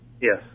Yes